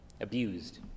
abused